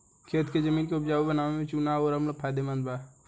खेत के जमीन के उपजाऊ बनावे में चूना अउर अम्ल फायदेमंद बा